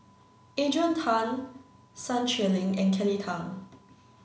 Adrian Tan Sun Xueling and Kelly Tang